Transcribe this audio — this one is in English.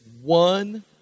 one